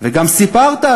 וגם סיפרת,